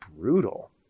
brutal